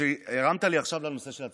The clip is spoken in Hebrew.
הרמת לי עכשיו לנושא של הצבא.